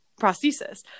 prosthesis